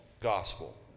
gospel